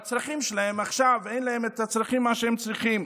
ועכשיו אין להם את הצרכים שהם צריכים.